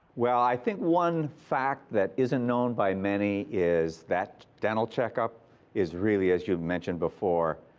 well, i think one fact that isn't known by many is that dental checkup is really, as you mentioned before,